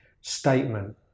statement